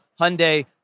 Hyundai